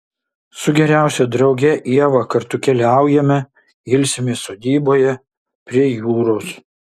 su geriausia drauge ieva kartu keliaujame ilsimės sodyboje prie jūros